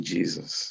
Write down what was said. Jesus